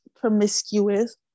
promiscuous